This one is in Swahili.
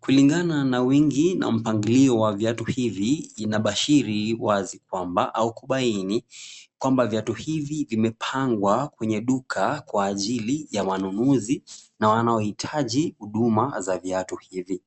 Kulingana na wingi na mpangilio wa viatu hivi, inabashiri wazi kwamba au kubaini kwamba viatu hivi vimepangwa kwenye duka kwa ajili ya manunuzi na wanaohitaji huduma za viatu hivi.